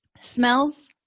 smells